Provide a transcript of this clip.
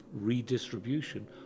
redistribution